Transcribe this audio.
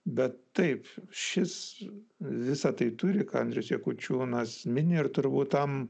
bet taip šis visa tai turi ką andrius jakučiūnas mini ir turbūt tam